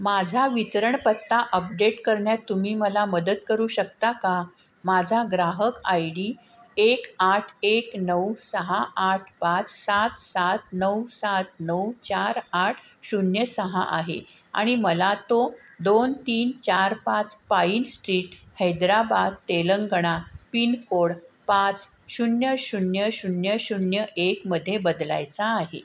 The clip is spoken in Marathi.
माझा वितरण पत्ता अपडेट करण्यात तुम्ही मला मदत करू शकता का माझा ग्राहक आय डी एक आठ एक नऊ सहा आठ पाच सात सात नऊ सात नऊ चार आठ शून्य सहा आहे आणि मला तो दोन तीन चार पाच pine street Hyderabad Telangana pincode पाच शून्य शून्य शून्य शून्य एक मध्ये बदलायचा आहे